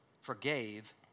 forgave